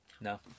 No